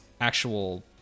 actual